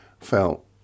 felt